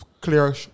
Clear